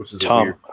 Tom